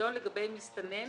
פיקדון לגבי מסתנן